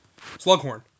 Slughorn